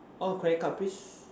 orh credit card please